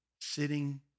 sitting